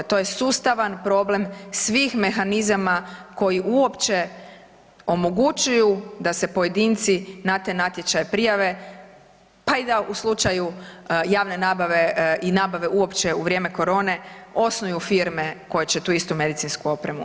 To je sustavan problem svih mehanizama koji uopće omogućuju da se pojedinci na taj natječaj prijave, pa i da u slučaju javne nabave i nabave uopće u vrijeme korone osnuju firme koje će tu istu medicinsku opremu